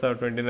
29